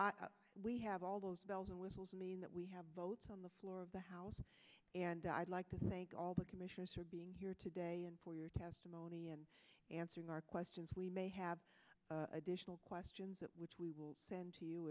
we have all those bells and whistles mean that we have votes on the floor of the house and i'd like to thank all the commissioners for being here today and for your testimony and answering our questions we may have additional questions that which we will send to you